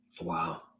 wow